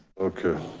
okay.